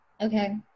Okay